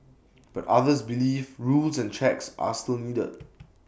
but others believe rules and checks are still needed